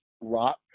rock